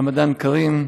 רמדאן כרים,